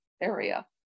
area